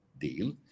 deal